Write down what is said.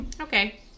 okay